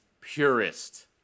purist